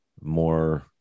more